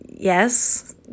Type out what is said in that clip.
Yes